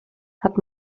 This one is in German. hat